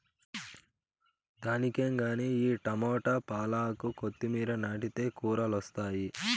దానికేం గానీ ఈ టమోట, పాలాకు, కొత్తిమీర నాటితే కూరలొస్తాయి